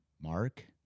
Mark